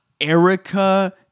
Erica